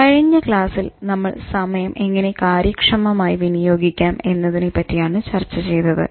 കഴിഞ്ഞ ക്ലാസ്സിൽ നമ്മൾ സമയം എങ്ങനെ കാര്യക്ഷമമായി വിനിയോഗിക്കാം എന്നതിനെ പറ്റിയാണ് ചർച്ച ചെയ്തത്